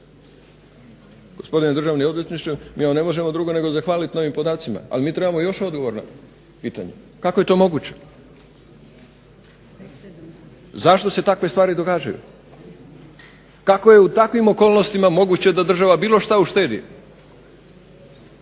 Gospodine državni odvjetniče, mi vam ne možemo drugo nego zahvalit na ovim podacima ali mi trebamo još odgovora na pitanja. Kako je to moguće, zašto se takve stvari događaju, kako je u takvim okolnostima moguće da država bilo šta uštedi